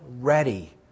ready